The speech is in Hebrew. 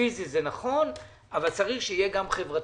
פיזי זה נכון אבל צריך שזה יהיה גם חברתי